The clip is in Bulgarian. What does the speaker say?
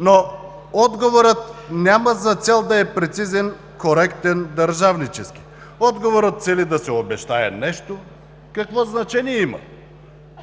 но отговорът няма за цел да е прецизен, коректен, държавнически. Отговорът цели да се обещае нещо. Какво значение има,